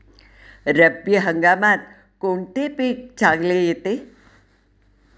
रब्बी हंगामात कोणते पीक चांगले येते?